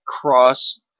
Cross